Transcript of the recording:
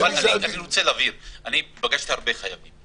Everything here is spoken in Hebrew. אני רוצה להבהיר: אני פגשתי הרבה חייבים.